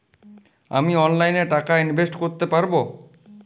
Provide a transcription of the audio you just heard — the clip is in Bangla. আমি অনলাইনে টাকা ইনভেস্ট করতে পারবো?